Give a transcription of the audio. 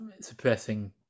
suppressing